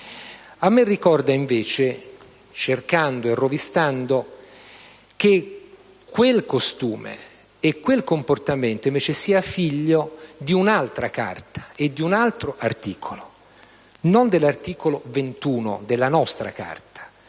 A me ricorda al contrario, cercando e rovistando, che quel costume e quel comportamento siano figli di un'altra Carta e di un altro articolo: non dell'articolo 21 della nostra Carta,